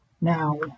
now